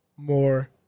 More